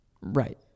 Right